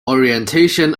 orientation